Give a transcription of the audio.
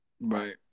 Right